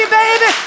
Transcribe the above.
baby